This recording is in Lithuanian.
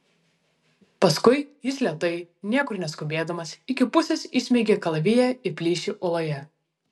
paskui jis lėtai niekur neskubėdamas iki pusės įsmeigė kalaviją į plyšį uoloje